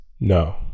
No